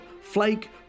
flake